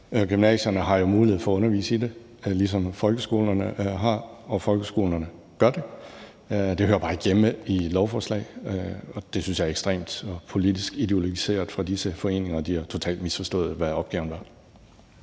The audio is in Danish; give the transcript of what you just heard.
Gymnasierne har jo mulighed for at undervise i det, ligesom folkeskolerne har. Og folkeskolerne gør det. Det hører bare ikke hjemme i et lovforslag, og det synes jeg er ekstremt og politisk ideologiseret. Disse foreninger har totalt misforstået, hvad opgaven var.